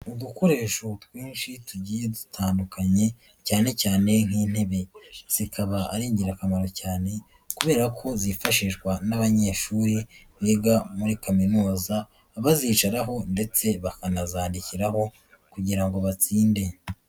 Udukoresho twinshi tugiye dutandukanye cyane cyane nk'intebe, zikaba ari ingirakamaro cyane kubera ko zifashishwa n'abanyeshuri biga muri kaminuza, bazicaraho ndetse bakanazandikiraho kugira ngo ngo batsinde.